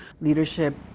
Leadership